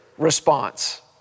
response